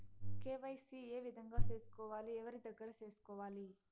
KYC ఏ విధంగా సేసుకోవాలి? ఎవరి దగ్గర సేసుకోవాలి?